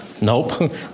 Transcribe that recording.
Nope